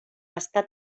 està